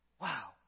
Wow